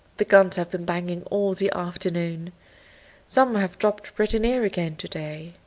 the guns have been banging all the afternoon some have dropped pretty near again to-day,